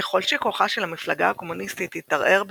ככל שכוחה של המפלגה הקומוניסטית התערער בפולין,